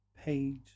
page